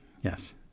yes